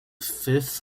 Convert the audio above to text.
fifth